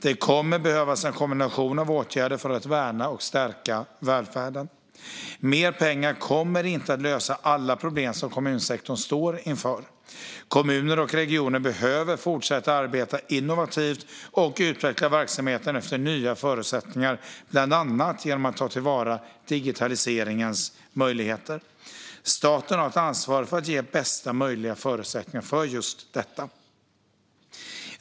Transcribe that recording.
Det kommer att behövas en kombination av åtgärder för att värna och stärka välfärden. Mer pengar kommer inte att lösa alla problem som kommunsektorn står inför. Kommuner och regioner behöver fortsätta arbeta innovativt och utveckla verksamheten efter nya förutsättningar, bland annat genom att ta till vara digitaliseringens möjligheter. Staten har ett ansvar för att ge bästa möjliga förutsättningar för detta.